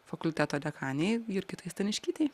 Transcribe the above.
fakulteto dekanei jurgitai staniškytei